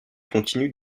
continue